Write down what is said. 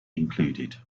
included